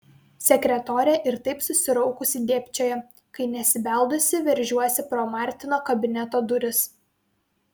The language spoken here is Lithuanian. sekretorė ir taip susiraukusi dėbčioja kai nesibeldusi veržiuosi pro martino kabineto duris